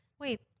Wait